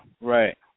right